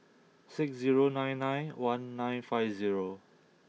six zero nine nine one nine five zero